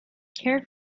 care